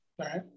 Right